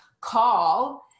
call